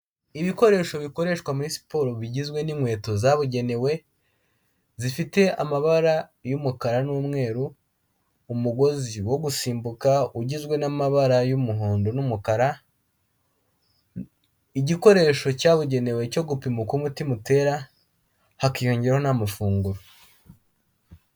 Ibikoresho bikoreshwa muri siporo bigizwe n'inkweto zabugenewe zifite amabara y'umukara n'umweru, umugozi wo gusimbuka ugizwe n'amabara y'umuhondo n'umukara, igikoresho cyabugenewe cyo gupima uko umutima utera hakiyongeraho n'amafunguro.